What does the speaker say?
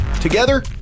together